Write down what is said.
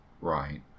Right